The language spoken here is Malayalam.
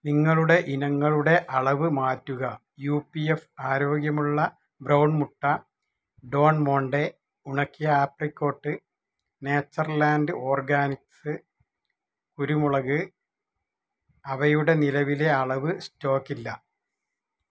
നിങ്ങളുടെ ഇനങ്ങളുടെ അളവ് മാറ്റുക യു പി എഫ് ആരോഗ്യമുള്ള ബ്രൗൺ മുട്ട ഡോൺ മോണ്ടെ ഉണക്കിയ ആപ്രിക്കോട്ട് നേച്ചർലാൻഡ് ഓർഗാനിക്സ് കുരുമുളക് അവയുടെ നിലവിലെ അളവ് സ്റ്റോക്ക് ഇല്ല